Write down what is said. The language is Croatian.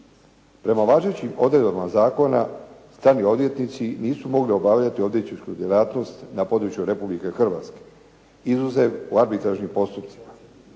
Prema važećim odredbama zakona strani odvjetnici nisu mogli obavljati odvjetničku djelatnost na području Republike Hrvatske izuzev u arbitražnim postupcima.